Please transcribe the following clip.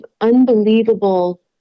unbelievable